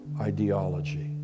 ideology